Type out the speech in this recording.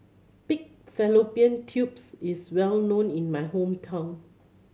pig fallopian tubes is well known in my hometown